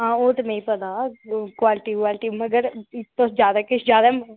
आं ओह् ते मिगी पता क्वालिटी मगर तुस जादै किश जादै